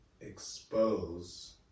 expose